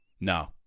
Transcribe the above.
No